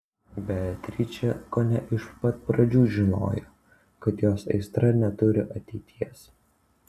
beatričė kone iš pat pradžių žinojo kad jos aistra neturi ateities